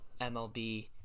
MLB